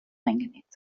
eingenäht